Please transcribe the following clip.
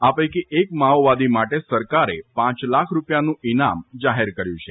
આ પૈકી એક માઓવાદી માટે સરકારે પ લાખ રૂપિયાનું ઇનામ જાહેર કર્યું છે